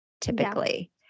typically